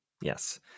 Yes